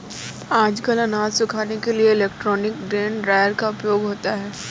आजकल अनाज सुखाने के लिए इलेक्ट्रॉनिक ग्रेन ड्रॉयर का उपयोग होता है